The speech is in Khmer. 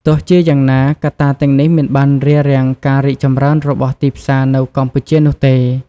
ទោះជាយ៉ាងណា កត្តាទាំងនេះមិនបានរារាំងការរីកចម្រើនរបស់ ទីផ្សារ នៅកម្ពុជានោះទេ។